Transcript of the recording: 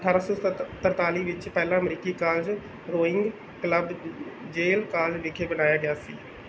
ਅਠਾਰ੍ਹਾਂ ਸੌ ਸਤੱਤ ਤਰਤਾਲੀ ਵਿੱਚ ਪਹਿਲਾ ਅਮਰੀਕੀ ਕਾਲਜ ਰੋਇੰਗ ਕਲੱਬ ਯੇਲ ਕਾਲ ਵਿਖੇ ਬਣਾਇਆ ਗਿਆ ਸੀ